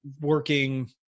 working